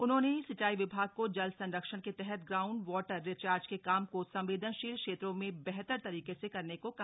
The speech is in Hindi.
उन्होंने सिंचाई विभाग को जल संरक्षण के तहत ग्राउन्ड वॉटर रिचार्ज के काम को संवदेनशील क्षेत्रों में बेहतर तरीके से करने को कहा